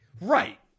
Right